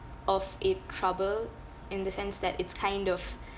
of a trouble in the sense that it's kind of